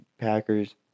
Packers